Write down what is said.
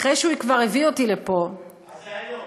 אחרי שהוא כבר הביא אותי לפה, אבל זה היום.